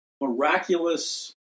miraculous